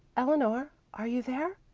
eleanor, are you there?